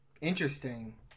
Interesting